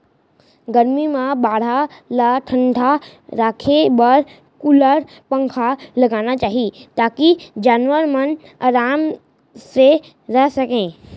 गरमी म बाड़ा ल ठंडा राखे बर कूलर, पंखा लगाना चाही ताकि जानवर मन आराम से रह सकें